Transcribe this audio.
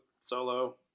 Solo